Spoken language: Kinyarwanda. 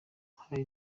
hari